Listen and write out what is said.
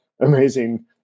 amazing –